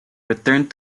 returned